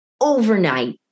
overnight